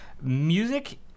Music